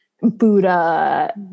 buddha